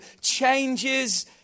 changes